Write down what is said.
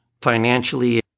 financially